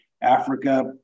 Africa